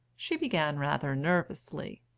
she began rather nervously.